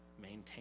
maintain